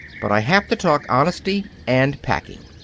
but i have to talk honesty and packing.